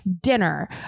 dinner